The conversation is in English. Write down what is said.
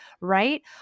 right